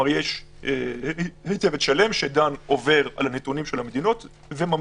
יש צוות שלם שעובר על נתוני המדינות, וממליץ.